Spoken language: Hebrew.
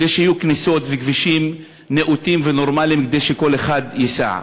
כדי שיהיו כניסות וכבישים נאותים ונורמליים כדי שכל אחד ייסע.